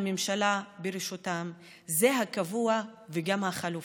זה הקבוע וגם החליפי,